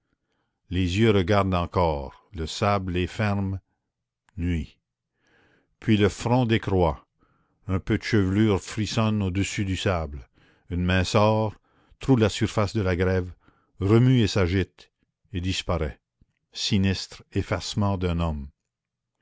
les yeux regardent encore le sable les ferme nuit puis le front décroît un peu de chevelure frissonne au-dessus du sable une main sort troue la surface de la grève remue et s'agite et disparaît sinistre effacement d'un homme